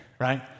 right